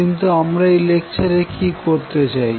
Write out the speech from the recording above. কিন্তু আমরা এই লেকচারে কি করতে চাই